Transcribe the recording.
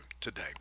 today